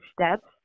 steps